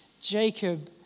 Jacob